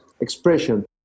expression